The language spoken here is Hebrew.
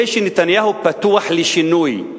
זה שנתניהו פתוח לשינוי.